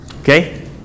Okay